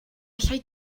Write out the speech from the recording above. allai